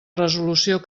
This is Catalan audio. resolució